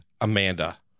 Amanda